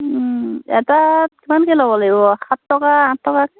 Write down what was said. এটাত কিমানকৈ ল'ব লাগিব সাত টকা আঠ টকাকৈ